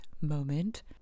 moment